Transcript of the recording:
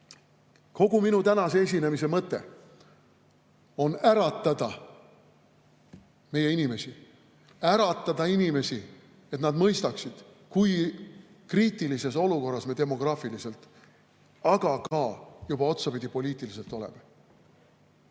Kogu minu tänase esinemise mõte on äratada meie inimesi, äratada inimesi, et nad mõistaksid, kui kriitilises olukorras me demograafiliselt, aga otsapidi juba ka poliitiliselt oleme.